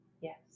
Yes